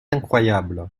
incroyable